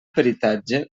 peritatge